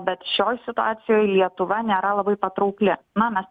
bet šioj situacijoj lietuva nėra labai patraukli na mes